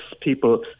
people